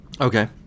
okay